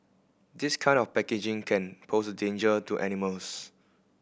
this kind of packaging can pose a danger to animals